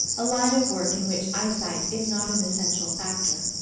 a line of work in which eyesight is not an essential factor.